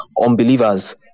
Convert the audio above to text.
unbelievers